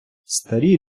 старі